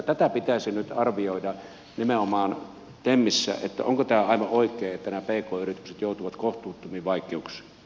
tätä pitäisi nyt arvioida nimenomaan temissä onko tämä aivan oikein että nämä pk yritykset joutuvat kohtuuttomiin vaikeuksiin